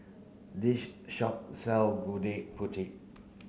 this shop sell Gudeg Putih